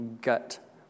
gut